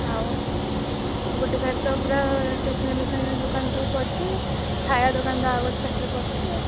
ଆଉ ଗୋଟେ ସାଇଡ୍ ତ ପୂରା ଷ୍ଟେସନାରୀ ଫେସନାରୀ ଦୋକାନ ତ ପଡ଼ିଛି ଖାଇବା ଦୋକାନ ଆଉ ଗୋଟେ ସାଇଡ୍ରେ ପଡ଼ିଛି ଆଉ